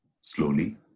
slowly